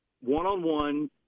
one-on-one